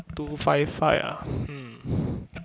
two five fire ah um